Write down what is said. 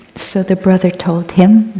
so the brother told him,